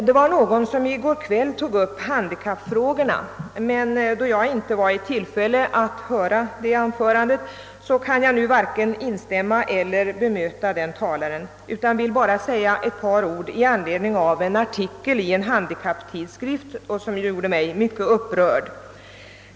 Det var någon som i går kväll tog upp handikappfrågorna, men då jag inte var i tillfälle att höra det anförandet kan jag nu varken instämma med eller bemöta vederbörande talare utan vill bara säga ett par ord i anledning av en artikel i en handikapptidskrift som gjorde mig mycket upprörd.